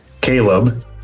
Caleb